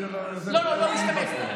לא, אני לא משתמש בה.